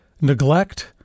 neglect